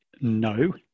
no